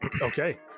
okay